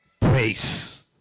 praise